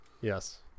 Yes